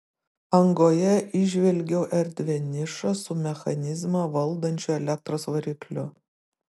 angoje įžvelgiau erdvią nišą su mechanizmą valdančiu elektros varikliu